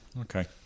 Okay